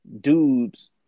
dudes